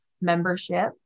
membership